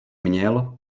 měl